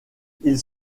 ils